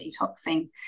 detoxing